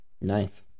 Ninth